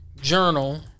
Journal